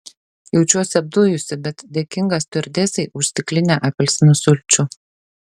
jaučiuosi apdujusi bet dėkinga stiuardesei už stiklinę apelsinų sulčių